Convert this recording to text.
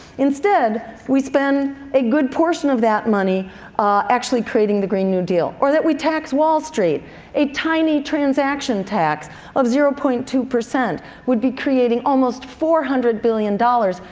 instead we spent a good portion of that money actually creating the green new deal. or that we tax wall street a tiny transaction tax of zero point two. we'd be creating almost four hundred billion dollars,